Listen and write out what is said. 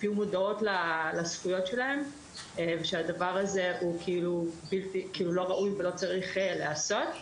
יהיו מודעות לזכויות שלהן ושהדבר הזה הוא לא ראוי ולא צריך להיעשות.